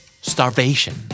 Starvation